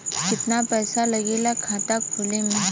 कितना पैसा लागेला खाता खोले में?